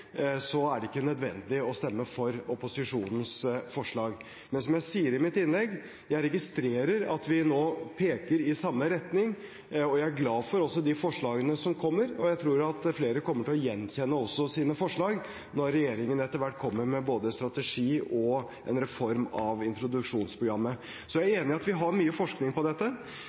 er det ikke nødvendig å stemme for opposisjonens forslag. Men som jeg sier i mitt innlegg: Jeg registrerer at vi nå peker i samme retning. Jeg er glad for de forslagene som kommer, og jeg tror at flere kommer til å gjenkjenne sine forslag når regjeringen etter hvert kommer med både en strategi og en reform av introduksjonsprogrammet. Jeg er enig i at vi har mye forskning på dette.